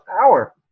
power